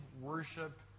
worship